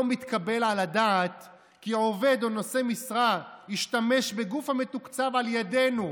לא מתקבל על הדעת כי עובד או נושא משרה ישתמש בגוף המתוקצב על ידינו,